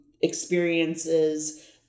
experiences